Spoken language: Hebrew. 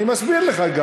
אני מסביר לך.